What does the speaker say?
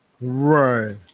Right